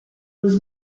was